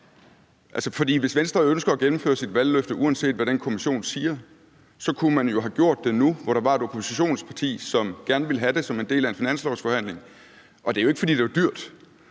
hvis Venstre ønsker at gennemføre sit valgløfte, uanset hvad den kommission siger, så kunne man jo have gjort det nu, hvor der var et oppositionsparti, som gerne vil have det som en del af en finanslovsforhandling. Det er jo ikke, fordi det er dyrt.